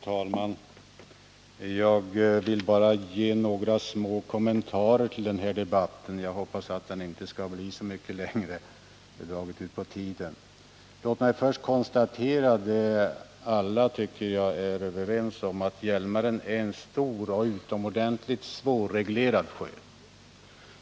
Fru talman! Jag vill bara göra några små kommentarer och hoppas att inte debatten därigenom skall bli mycket längre, eftersom den redan har dragit ut på tiden. Låt mig först konstatera det som alla tycks vara överens om, nämligen att Hjälmaren är en stor och utomordentligt svårreglerad sjö.